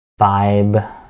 vibe